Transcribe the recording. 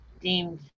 deemed